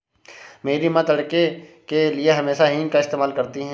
मेरी मां तड़के के लिए हमेशा हींग का इस्तेमाल करती हैं